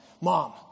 Mom